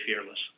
fearless